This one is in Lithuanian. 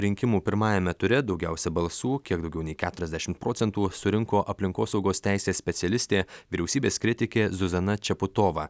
rinkimų pirmajame ture daugiausia balsų kiek daugiau nei keturiasdešimt procentų surinko aplinkosaugos teisės specialistė vyriausybės kritikė zuzana čeputova